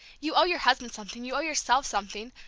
you owe your husband something, you owe yourself something.